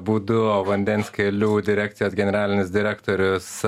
būdu vandens kelių direkcijos generalinis direktorius